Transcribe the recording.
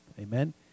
amen